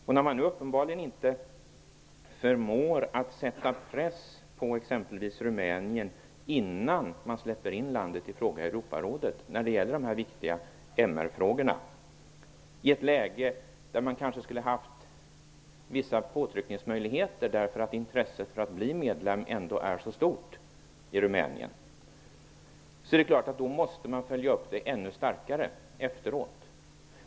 Man förmår uppenbarligen inte att sätta press på t.ex. Rumänien när det gäller dessa viktiga MR frågor innan man släpper in landet i fråga i Europarådet. I det läget hade man kanske haft vissa påtryckningsmöjligheter eftersom intresset att bli medlem är så stort i Rumänien. Då är det klart att det måste följas upp ännu bättre efteråt.